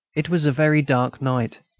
it was a very dark night.